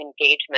engagement